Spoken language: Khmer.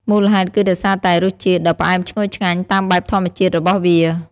មូលហេតុគឺដោយសារតែរសជាតិដ៏ផ្អែមឈ្ងុយឆ្ងាញ់តាមបែបធម្មជាតិរបស់វា។